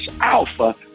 Alpha